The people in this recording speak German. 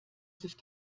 sich